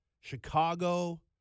Chicago